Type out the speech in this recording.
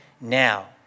Now